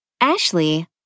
Ashley